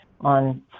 on